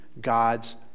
God's